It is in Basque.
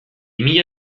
mila